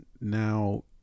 now